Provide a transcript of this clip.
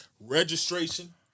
Registration